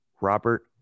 robert